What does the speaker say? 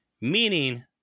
meaning